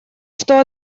что